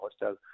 hostel